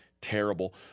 terrible